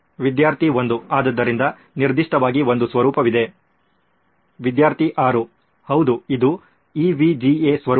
ವಿದ್ಯಾರ್ಥಿ 1 ಆದ್ದರಿಂದ ನಿರ್ದಿಷ್ಟವಾಗಿ ಒಂದು ಸ್ವರೂಪವಿದೆ ವಿದ್ಯಾರ್ಥಿ 6 ಹೌದು ಇದು EVGA ಸ್ವರೂಪ